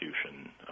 execution